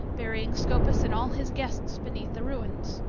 burying scopas and all his guests beneath the ruins.